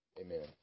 Amen